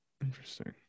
Interesting